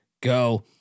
go